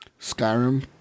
Skyrim